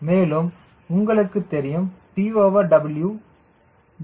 மேலும் உங்களுக்குத் தெரியும் TW 0